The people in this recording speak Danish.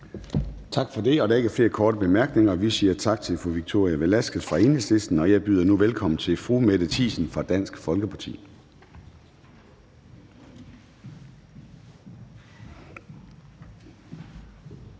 bemærkninger. Vi siger tak til fru Victoria Velasquez fra Enhedslisten, og jeg byder nu velkommen til fru Mette Thiesen fra Dansk Folkeparti.